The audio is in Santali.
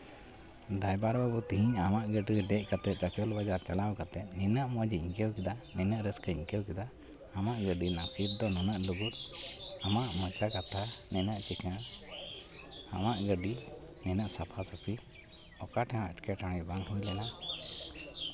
ᱰᱟᱭᱵᱷᱟᱨ ᱵᱟᱹᱵᱩ ᱛᱮᱦᱮᱧ ᱟᱢᱟᱜ ᱜᱟᱹᱰᱤᱨᱮ ᱫᱮᱡ ᱠᱟᱛᱮᱫ ᱜᱟᱡᱳᱞ ᱵᱟᱡᱟᱨ ᱪᱟᱞᱟᱣ ᱠᱟᱛᱮᱫ ᱱᱤᱱᱟᱹᱜ ᱢᱚᱡᱽ ᱤᱧ ᱟᱹᱭᱠᱟᱹᱣ ᱠᱮᱫᱟ ᱱᱤᱱᱟᱹᱜ ᱨᱟᱹᱥᱠᱟᱹᱧ ᱟᱹᱭᱠᱟᱹᱣ ᱠᱮᱫᱟ ᱟᱢᱟᱜ ᱜᱟᱹᱰᱤ ᱥᱤᱴ ᱫᱚ ᱱᱩᱱᱟᱹᱜ ᱞᱩᱜᱩᱵ ᱟᱢᱟᱜ ᱢᱚᱪᱟ ᱠᱟᱛᱷᱟ ᱱᱩᱱᱟᱹᱜ ᱪᱤᱠᱟᱹᱲ ᱟᱢᱟᱜ ᱜᱟᱹᱰᱤ ᱱᱤᱱᱟᱹᱜ ᱥᱟᱯᱷᱟᱼᱥᱟ ᱯᱷᱤ ᱚᱠᱟ ᱴᱷᱮᱱ ᱮᱴᱠᱮᱴᱚᱬᱮ ᱵᱟᱝ ᱦᱩᱭ ᱞᱮᱱᱟ